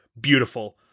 Beautiful